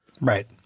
right